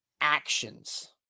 actions